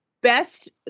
Best